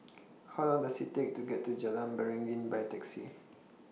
How Long Does IT Take to get to Jalan Beringin By Taxi